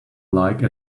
like